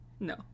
No